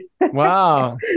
Wow